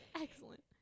Excellent